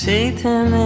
Satan